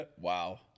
Wow